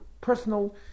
personal